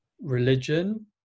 religion